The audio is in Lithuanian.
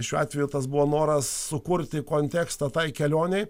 šiuo atveju tas buvo noras sukurti kontekstą tai kelionei